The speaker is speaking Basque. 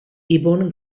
ibon